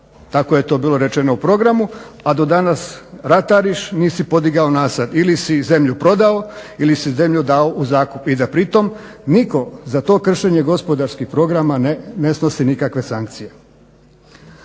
tako je to bilo rečeno u programu, a do danas ratariš, nisi podigao nasad ili si zemlju prodao ili si zemlju dao u zakup i da pritom nitko za to kršenje gospodarskih programa ne snosi nikakve sankcije.